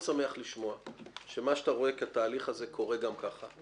אני מאוד שמח לשמוע שמה שאתה רואה כתהליך הזה קורה גם ככה,